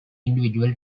individual